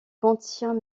contient